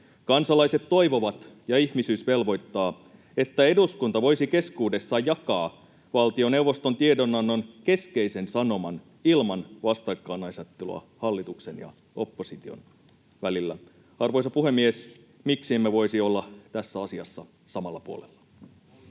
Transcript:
Kansalaiset toivovat ja ihmisyys velvoittaa, että eduskunta voisi keskuudessaan jakaa valtioneuvoston tiedonannon keskeisen sanoman ilman vastakkainasettelua hallituksen ja opposition välillä. Arvoisa puhemies! Miksi emme voisi olla tässä asiassa samalla puolella? [Speech